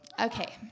Okay